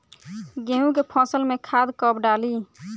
गेहूं के फसल में खाद कब डाली?